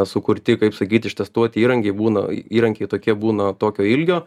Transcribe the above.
sukurti kaip sakyt ištestuoti įrankiai būna įrankiai tokie būna tokio ilgio